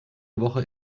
woche